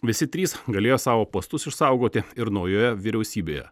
visi trys galėjo savo postus išsaugoti ir naujoje vyriausybėje